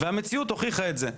והמציאות הוכיחה את זה.